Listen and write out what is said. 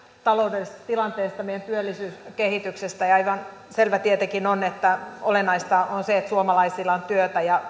taloudellisesta tilanteesta ja meidän työllisyyskehityksestä aivan selvää tietenkin on että olennaista on se että suomalaisilla on työtä ja